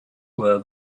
where